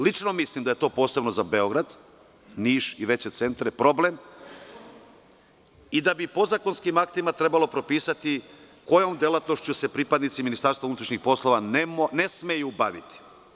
Lično mislim da je to veliki problem, posebno za Beograd, Niš i veće centre i da bi podzakonskim aktima trebalo propisati kojom delatnošću se pripadnici MUP-a ne smeju baviti.